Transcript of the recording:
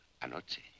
¿Anoche